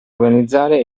organizzare